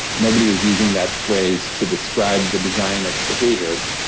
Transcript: nobody was using that phrase to describe the design of behaviors,